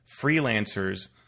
freelancers